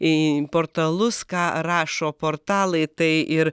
į portalus ką rašo portalai tai ir